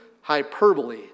hyperbole